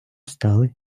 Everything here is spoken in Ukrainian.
стали